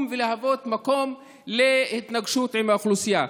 ולהוות מקור להתנגשות עם האוכלוסייה.